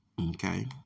Okay